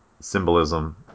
symbolism